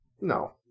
No